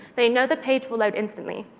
they know the page will load instantly.